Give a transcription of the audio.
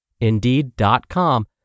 Indeed.com